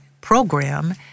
program